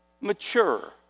mature